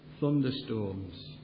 thunderstorms